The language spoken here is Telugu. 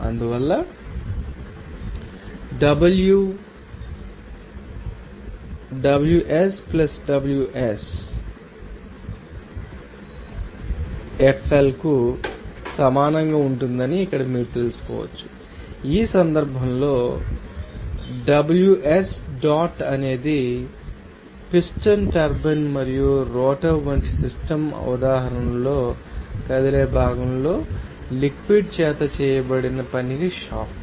అందువల్ల ఇక్కడ W Ws Wflకు సమానంగా ఉంటుందని ఇక్కడ మీరు తెలుసుకోవచ్చు ఈ సందర్భంలో Ws dot అనేది పిస్టన్ టర్బైన్ మరియు రోటర్ వంటి సిస్టమ్ ఉదాహరణలో కదిలే భాగంలో లిక్విడ్ ం చేత చేయబడిన పనికి షాఫ్ట్